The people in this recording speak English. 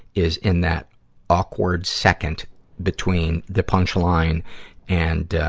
is in that awkward second between the punchline and, ah,